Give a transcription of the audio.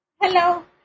Hello